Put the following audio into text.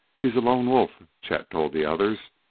he's a lone wolf, chet told the others,